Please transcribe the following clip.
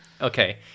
okay